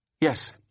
Yes